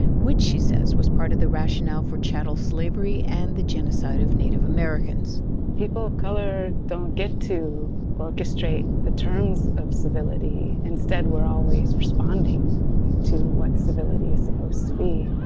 which, she says, was part of the rationale for chattel slavery and the genocide of native americans people of color don't get to orchestrate the terms of civility. instead, we're always responding to what civility is supposed to be.